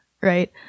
Right